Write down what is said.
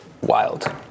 Wild